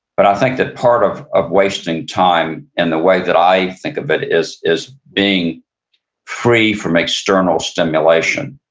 but i think that part of of wasting time in the way that i think of it is is being free from external stimulation.